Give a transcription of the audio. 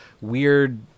weird